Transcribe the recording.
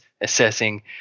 assessing